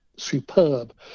superb